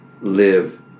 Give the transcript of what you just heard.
live